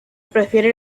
prefiere